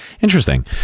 interesting